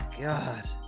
God